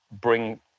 bring